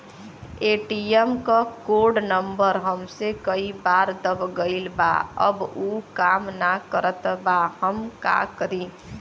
ATM क code number हमसे कई बार दब गईल बा अब उ काम ना करत बा हम का करी?